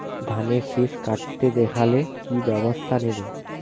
ধানের শিষ কাটতে দেখালে কি ব্যবস্থা নেব?